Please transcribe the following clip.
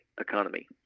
economy